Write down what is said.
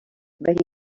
but